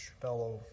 fellow